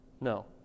no